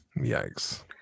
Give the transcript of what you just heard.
Yikes